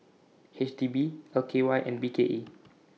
H D B L K Y and B K E